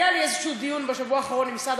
היה לי דיון בשבוע האחרון עם משרד